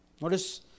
Notice